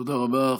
תודה רבה.